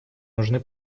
нужны